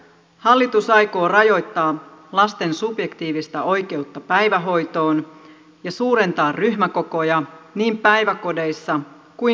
hallitus aikoo rajoittaa lasten subjektiivista oikeutta päivähoitoon ja suurentaa ryhmäkokoja niin päiväkodeissa kuin kouluissakin